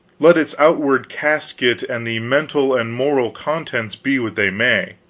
let its outward casket and the mental and moral contents be what they may.